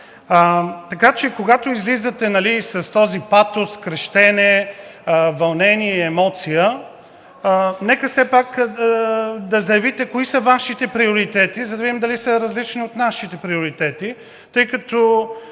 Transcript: Така че, когато излизате с този патос, крещене, вълнение и емоция, нека все пак да заявите кои са Вашите приоритети, за да видим дали са различни от нашите приоритети, тъй като